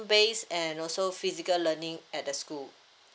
based and also physical learning at the school